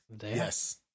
yes